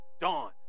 Dawn